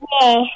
Yes